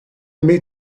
meet